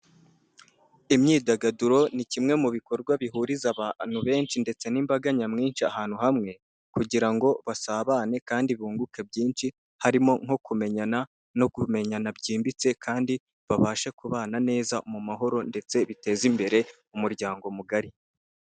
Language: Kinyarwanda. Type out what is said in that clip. Imyidagaduro ni kimwe mu bikorwa bihuriza abantu benshi ndetse n'imbaga nyamwinshi ahantu hamwe kugira ngo basabane kandi bunguke byinshi, harimo nko kumenyana no kumenyana byimbitse kandi babashe kubana neza mu mahoro ndetse biteze imbere umuryango mugari.